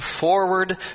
forward